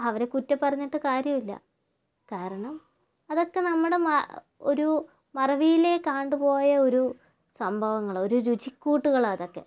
അവരെ കുറ്റം പറഞ്ഞിട്ട് കാര്യമില്ല കാരണം അതൊക്കെ നമ്മുടെ ഒരു മറവിയിലേക്ക് ആണ്ടുപോയ ഒരു സംഭവങ്ങൾ ഒരു രുചിക്കൂട്ടുകളാ അതൊക്കെ